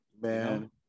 Man